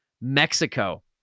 Mexico